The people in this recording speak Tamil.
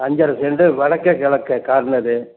அஞ்சரை செண்டு வடக்கு கெழக்க கார்னரு